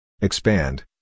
Expand